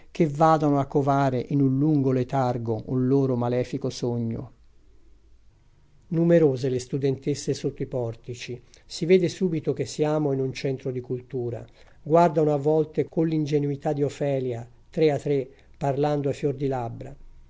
che vadano a covare in un lungo letargo un loro malefico sogno numerose le studentesse sotto i portici si vede subito che siamo in un centro di cultura guardano a volte coll'ingenuità di ofelia tre a tre parlando a fior di labbra